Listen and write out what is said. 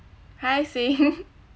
hi xing